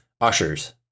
ushers